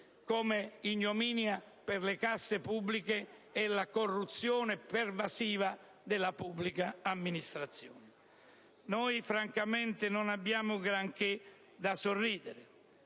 come un'ignominia per le casse pubbliche è la corruzione pervasiva nella pubblica amministrazione. Noi francamente non abbiamo granché da sorridere,